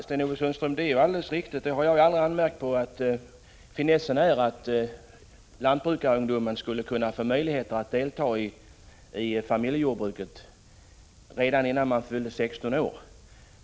Herr talman! Det är alldeles riktigt, Sten-Ove Sundström, och jag har aldrig anmärkt på att finessen är att lantbrukarungdomen skulle kunna få möjlighet att delta i familjejordbruket redan innan de fyller 16 år.